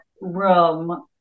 room